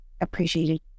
appreciated